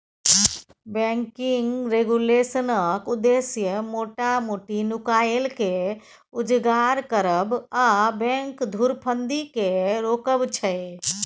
banking रेगुलेशनक उद्देश्य मोटा मोटी नुकाएल केँ उजागर करब आ बैंक धुरफंदी केँ रोकब छै